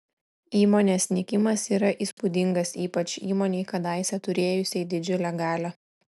įmonės nykimas yra įspūdingas ypač įmonei kadaise turėjusiai didžiulę galią